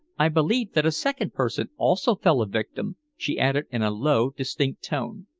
i believe that a second person also fell a victim, she added in a low, distinct tone.